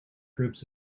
groups